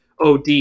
OD